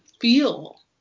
feel